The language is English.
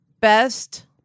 best